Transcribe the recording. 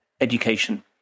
education